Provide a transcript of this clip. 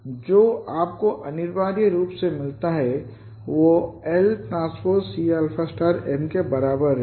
तो जो आपको अनिवार्य रूप से मिलता है वह lTC m के बराबर है